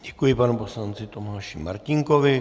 Děkuji panu poslanci Tomáši Martínkovi.